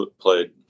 played